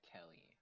Kelly